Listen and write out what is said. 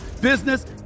business